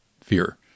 fear